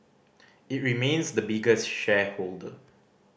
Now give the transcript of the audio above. it remains the biggest shareholder